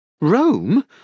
Rome